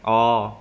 orh